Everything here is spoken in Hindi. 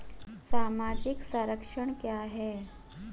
सामाजिक संरक्षण क्या है?